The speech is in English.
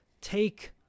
take